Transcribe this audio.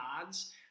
odds